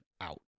out